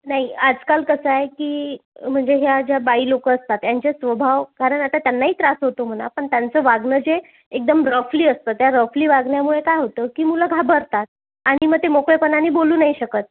नाही आजकाल कसं आहे की म्हणजे ह्या ज्या बाई लोक असतात यांचे स्वभाव कारण आता त्यांनाही त्रास होतो म्हणा पण त्यांचं वागणं जे एकदम रफली असतं त्या रफली वागण्यामुळे काय होतं की मुलं घाबरतात आणि मग ते मोकळेपणानी बोलू नाही शकत